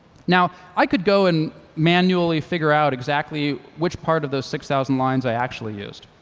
now, i could go and manually figure out exactly which part of those six thousand lines i actually used.